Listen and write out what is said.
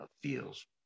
feels